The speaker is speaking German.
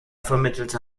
vermittelte